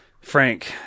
Frank